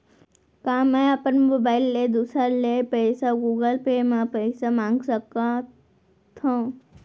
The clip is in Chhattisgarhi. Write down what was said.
का मैं अपन मोबाइल ले दूसर ले पइसा गूगल पे म पइसा मंगा सकथव?